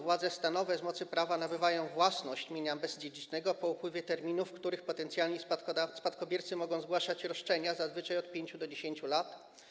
Władze stanowe z mocy prawa nabywają własność mienia bezdziedzicznego po upływie terminu, w którym potencjalni spadkobiercy mogą zgłaszać roszczenia - jest to zazwyczaj od 5 do 10 lat.